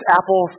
Apple